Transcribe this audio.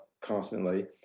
constantly